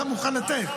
אתה מוכן לתת.